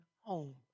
home